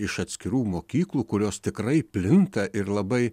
iš atskirų mokyklų kurios tikrai plinta ir labai